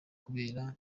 kubera